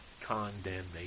condemnation